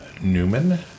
Newman